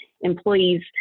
employees